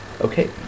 Okay